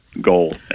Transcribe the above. goal